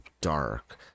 dark